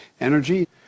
energy